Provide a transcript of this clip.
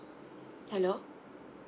hello